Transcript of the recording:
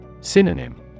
Synonym